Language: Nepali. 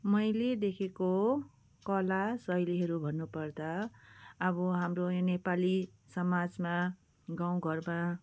मैले देखेको कला शैलीहरू भन्नुपर्दा अब हाम्रो यो नेपाली समाजमा गाउँ घरमा